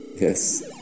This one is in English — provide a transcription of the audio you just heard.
Yes